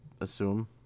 assume